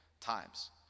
times